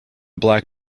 black